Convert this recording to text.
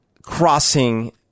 crossing